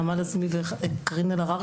נעמה לזימי וקארין אלהרר,